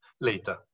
later